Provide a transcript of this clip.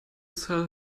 sell